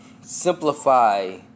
simplify